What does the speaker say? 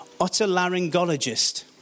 otolaryngologist